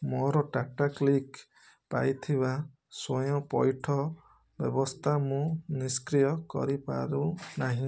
ମୋର ଟାଟାକ୍ଲିକ୍ ପାଇଥିବା ସ୍ଵୟଂପଇଠ ବ୍ୟବସ୍ତା ମୁଁ ନିଷ୍କ୍ରିୟ କରିପାରୁ ନାହିଁ